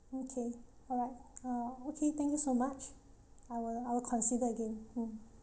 okay alright uh okay thank you so much I will I will consider again mm